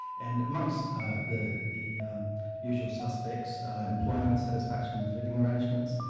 and amongst the the usual suspects employment, satisfaction with living arrangements,